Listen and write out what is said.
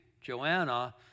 Joanna